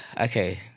Okay